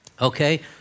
Okay